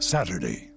Saturday